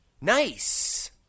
Nice